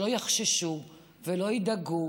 שלא יחששו ולא ידאגו,